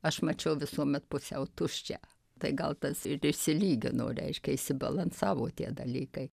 aš mačiau visuomet pusiau tuščią tai gal tas ir išsilygino reiškia išsibalansavo tie dalykai